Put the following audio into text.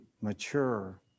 mature